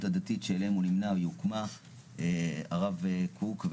הדתית שאליהם הוא נמנה והיא הוקמה הרב קוק,